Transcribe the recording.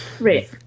Right